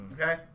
okay